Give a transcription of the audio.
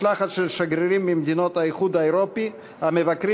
משלחת של שגרירים ממדינות האיחוד האירופי המבקרים